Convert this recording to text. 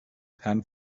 pan